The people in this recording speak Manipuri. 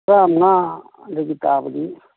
ꯇ꯭ꯔꯥꯡꯉꯥꯗꯒꯤ ꯇꯥꯕꯗꯤ